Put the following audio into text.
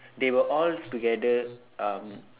they were all together um